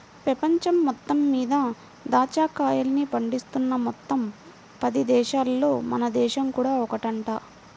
పెపంచం మొత్తం మీద దాచ్చా కాయల్ని పండిస్తున్న మొత్తం పది దేశాలల్లో మన దేశం కూడా ఒకటంట